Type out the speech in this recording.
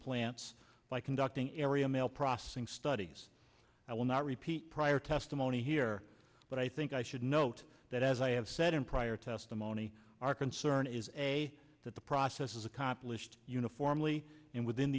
plants by conducting area mail processing studies i will not repeat prior testimony here but i think i should note that as i have said in prior testimony our concern is a that the process is accomplished uniformly and within